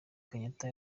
kenyatta